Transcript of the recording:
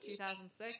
2006